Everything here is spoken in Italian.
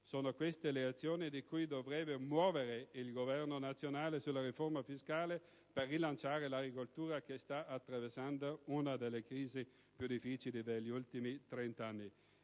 Sono queste le azioni da cui dovrebbe muovere il Governo nazionale sulla riforma fiscale per rilanciare l'agricoltura che sta attraversando una delle crisi più difficili degli ultimi 30 anni.